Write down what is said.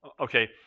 Okay